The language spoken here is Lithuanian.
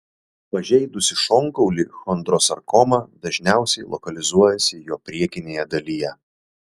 pažeidusi šonkaulį chondrosarkoma dažniausiai lokalizuojasi jo priekinėje dalyje